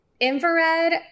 infrared